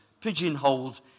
pigeonholed